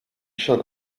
schon